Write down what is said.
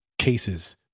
cases